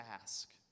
ask